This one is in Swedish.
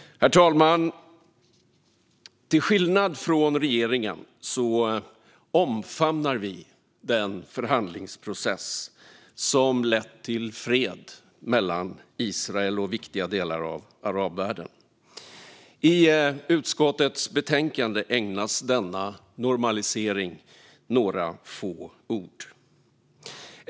Herr talman! Till skillnad från regeringen omfamnar vi den förhandlingsprocess som lett till fred mellan Israel och viktiga delar av arabvärlden. I utskottets betänkande ägnas denna normalisering några få ord.